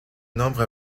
nombre